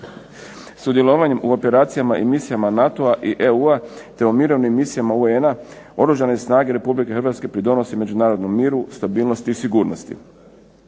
Sudjelovanjem u operacijama i misijama NATO-a i EU-a te u mirovnim misijama UN-a Oružane snage Republike Hrvatske pridonose međunarodnom miru, stabilnosti i sigurnosti.